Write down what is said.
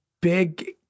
big